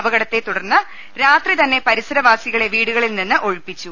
അപക ടത്തെ തുടർന്ന് രാത്രി തന്നെ പരിസരവാസികളെ വീടുകളിൽനിന്ന് ഒഴിപ്പിച്ചു